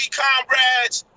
comrades